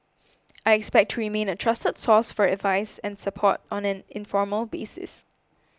I expect to remain a trusted source for advice and support on an informal basis